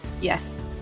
Yes